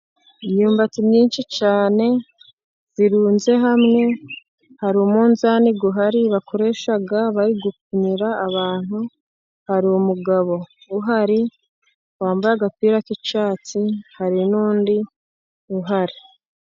Imyumbati myinshi cyane, irunze hamwe, hari umunzani uhari bakoresha bari gupimira abantu, hari umugabo uhari wambaye agapira k'icyatsi, hari n'undi uhari.